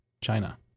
china